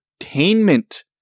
entertainment